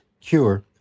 cure